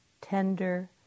tender